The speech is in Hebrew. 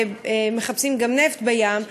ומחפשים גם נפט בים,